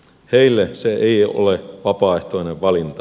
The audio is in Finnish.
heille se ei ole vapaaehtoinen valinta